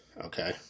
Okay